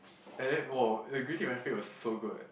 and then !wow! the green tea frappe was so good